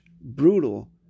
brutal